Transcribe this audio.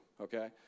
Okay